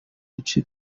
duce